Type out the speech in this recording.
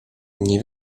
nie